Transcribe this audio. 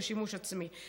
לשימוש עצמי.